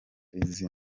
izina